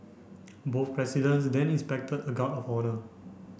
both presidents then inspected a guard of honour